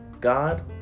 God